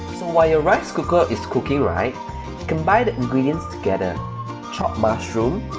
while your rice cooker is cooking right combine the ingredients together chopped mushroom,